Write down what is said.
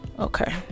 Okay